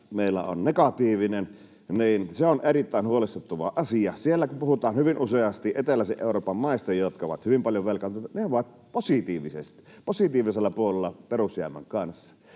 meillä negatiivinen, mikä on erittäin huolestuttava asia, sillä kun puhutaan hyvin useasti eteläisen Euroopan maista, jotka ovat hyvin paljon velkaantuneita, ne ovat positiivisella puolella perusjäämän kanssa,